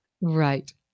Right